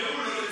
תקראו לו,